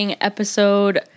episode